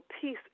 peace